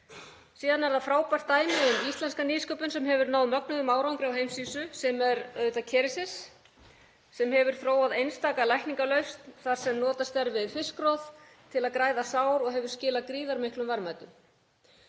Síðan er frábært dæmi um íslenska nýsköpun sem hefur náð mögnuðum árangri á heimsvísu, sem er auðvitað Kerecis sem hefur þróað einstaka lækningalausn þar sem notað er fiskroð til að græða sár og hefur það skilað gríðarmiklum verðmætum.